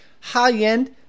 high-end